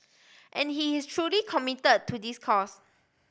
and he is truly commit to this cause